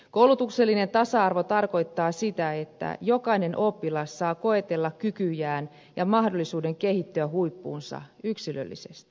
koulutuksellinen tasa arvo tarkoittaa sitä että jokainen oppilas saa mahdollisuuden koetella kykyjään ja kehittyä huippuunsa yksilöllisesti